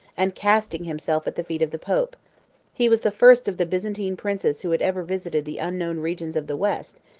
and casting himself at the feet of the pope he was the first of the byzantine princes who had ever visited the unknown regions of the west,